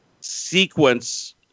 sequence